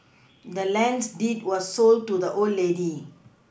the land's deed was sold to the old lady